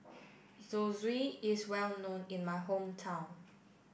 Zosui is well known in my hometown